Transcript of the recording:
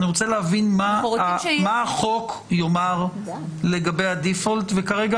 אני רוצה להבין מה החוק יאמר לגבי הדיפולט וכרגע